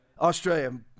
Australia